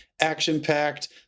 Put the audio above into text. action-packed